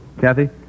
Kathy